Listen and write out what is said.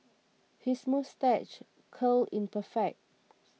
his moustache curl is perfect